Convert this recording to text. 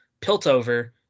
Piltover